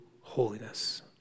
holiness